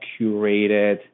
curated